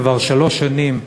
כבר שלוש שנים,